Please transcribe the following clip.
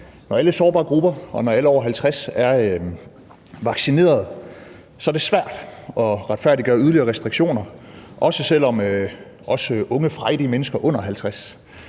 når alle sårbare grupper og alle over 50 er vaccineret, så er det svært at retfærdiggøre yderligere restriktioner, også selv om os unge frejdige mennesker under 50